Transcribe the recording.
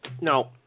No